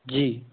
जी